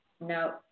No